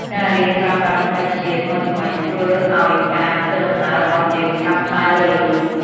ការរៀនប្រើប្រាស់បច្ចេកវិទ្យាថ្មីៗ ធ្វើឱ្យការធ្វើដំណើររបស់យើងកាន់តែរលូន។